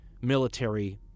military